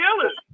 killers